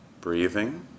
breathing